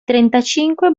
trentacinque